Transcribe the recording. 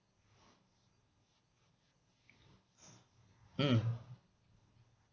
mm